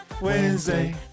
Wednesday